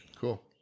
cool